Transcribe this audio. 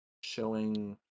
showing